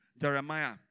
Jeremiah